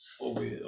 over